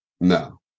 No